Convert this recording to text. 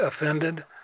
offended